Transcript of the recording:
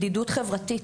בדידות חברתית,